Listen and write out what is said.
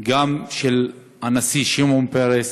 גם של הנשיא שמעון פרס